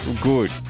Good